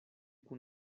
kun